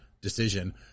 decision